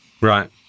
Right